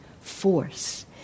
force